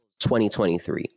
2023